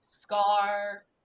Scar